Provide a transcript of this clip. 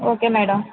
okay madam